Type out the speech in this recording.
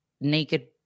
Naked